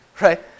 right